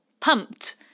pumped